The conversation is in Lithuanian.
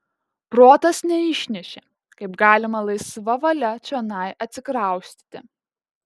protas neišnešė kaip galima laisva valia čionai atsikraustyti